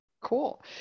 Cool